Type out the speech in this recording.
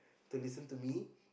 to listen to me